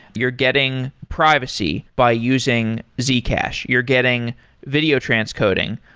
you're getting privacy by using z cash, you're getting video transcoding,